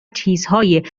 چیزهای